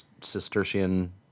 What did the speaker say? Cistercian